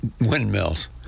windmills